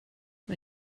mae